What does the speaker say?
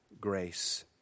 grace